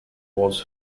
was